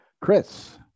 Chris